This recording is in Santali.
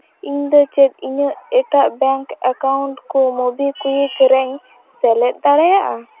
ᱤᱧ ᱫᱚ ᱪᱮᱫ ᱤᱧᱟᱹᱜ ᱮᱴᱟᱜ ᱵᱮᱝᱠ ᱮᱠᱟᱣᱩᱱᱴ ᱠᱚ ᱢᱩᱵᱤ ᱠᱩᱭᱤᱠ ᱨᱤᱧ ᱥᱮᱞᱮᱫ ᱫᱟᱲᱮᱭᱟᱜᱼᱟ